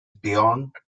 beyond